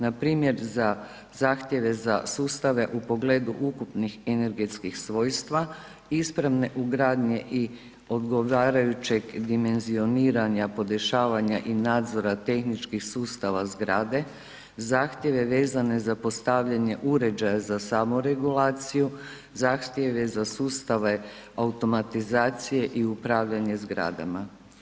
Npr. za zahtjeve za sustave u pogledu ukupnih energetskih svojstva, ispravne ugradnje i odgovarajućeg dimenzioniranja, podešavanja i nadzora tehničkih sustava zgrade zahtjeve vezane za postavljanje uređaja za samoregulaciju, zahtjeve za sustave automatizacije i upravljanje zgradama.